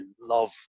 love